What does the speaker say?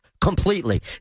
completely